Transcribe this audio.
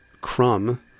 Crumb